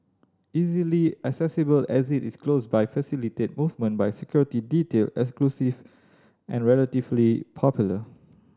easily accessible exit is close by facilitate movement by security detail exclusive and relatively popular